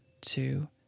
two